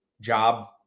job